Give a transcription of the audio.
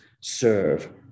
serve